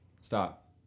Stop